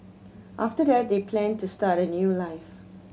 after that they planned to start a new life